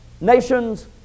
nations